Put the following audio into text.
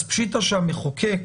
אז פשיטא שהמחוקק